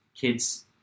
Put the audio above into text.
kids